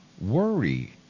Worry